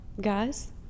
guys